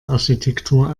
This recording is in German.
architektur